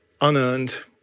unearned